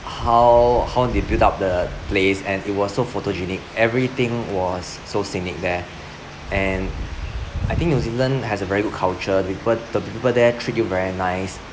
how how they build up the place and it was so photogenic everything was so scenic there and I think new zealand has a very good culture people the people there treat you very nice